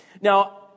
Now